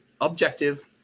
objective